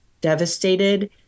devastated